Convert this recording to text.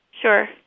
Sure